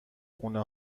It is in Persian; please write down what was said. خونه